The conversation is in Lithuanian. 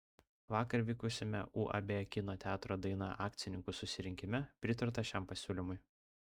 vakar vykusiame uab kino teatro daina akcininkų susirinkime pritarta šiam pasiūlymui